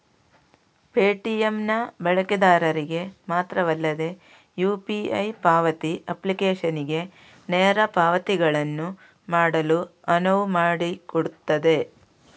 Paytm ನ ಬಳಕೆದಾರರಿಗೆ ಮಾತ್ರವಲ್ಲದೆ ಯು.ಪಿ.ಐ ಪಾವತಿ ಅಪ್ಲಿಕೇಶನಿಗೆ ನೇರ ಪಾವತಿಗಳನ್ನು ಮಾಡಲು ಅನುವು ಮಾಡಿಕೊಡುತ್ತದೆ